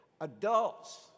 Adults